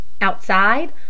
outside